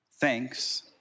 thanks